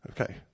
Okay